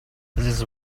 this